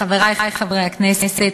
חברי חברי הכנסת,